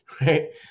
right